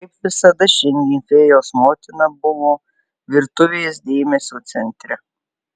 kaip visada šiandien fėjos motina buvo virtuvės dėmesio centre